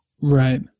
Right